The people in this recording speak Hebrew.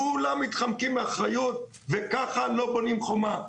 כולם מתחמקים מאחריות וככה לא בונים חומה.